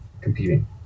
competing